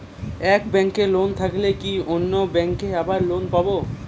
এক ব্যাঙ্কে লোন থাকলে কি অন্য ব্যাঙ্কে আবার লোন পাব?